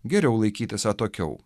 geriau laikytis atokiau